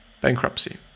Bankruptcy